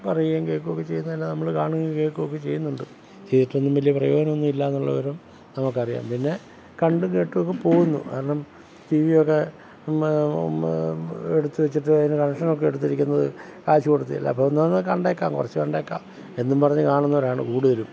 പറയുവേം കേൾക്കുവേം ഒക്കെ ചെയ്യുന്നത് നമ്മൾ കാണുവേം കേൾക്കുവേം ഒക്കെ ചെയ്യുന്നുണ്ട് കേട്ടൊന്നും വലിയ പ്രയോജനമൊന്നുമില്ല എന്നുള്ള വിവരം നമുക്കറിയാം പിന്നെ കണ്ടും കേട്ടും ഒക്കെ പോകുന്നു കാരണം ടി വി ഒക്കെ എടുത്തു വെച്ചിട്ട് അതിൽ കണക്ഷൻ ഒക്കെ എടുത്തിരിക്കുന്നത് കാശുകൊടുത്തിട്ടല്ലേ അപ്പോൾ ഒന്നൊന്ന് കണ്ടേക്കാം കുറച്ച് കണ്ടേക്കാം എന്നും പറഞ്ഞ് കാണുന്നവരാണ് കൂടുതലും